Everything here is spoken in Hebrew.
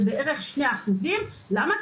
למה?